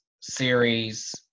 series